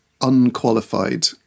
unqualified